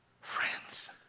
Friends